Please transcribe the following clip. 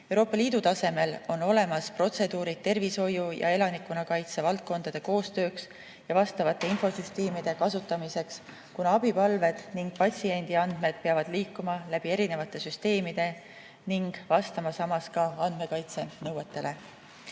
Euroopa Liidu tasemel on olemas protseduurid tervishoiu ja elanikkonnakaitse valdkonna koostööks ja vastavate infosüsteemide kasutamiseks. Abipalved ning patsiendi andmed peavad ju liikuma läbi erinevate süsteemide ning vastama samas ka andmekaitse nõuetele.